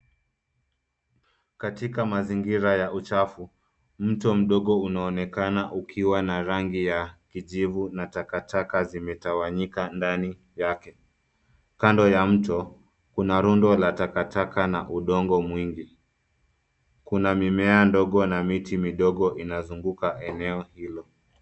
Katika mazingira ya uchafu, mto mdogo unaonekana ukiwa na rangi ya kijivu na takataka zimetawanyika ndani yake, kando ya mto kuna rundo la takataka na udongo mwingi kuna mimea ndogo na miti midogo inazunguka eneo hilo.